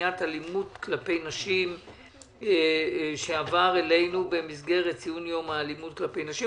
מניעת אלימות כלפי נשים שעבר אלינו במסגרת ציון יום האלימות כלפי נשים,